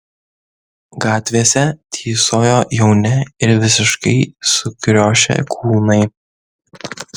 gatvėse tysojo jauni ir visiškai sukriošę kūnai